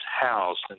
housed